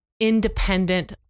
independent